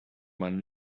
man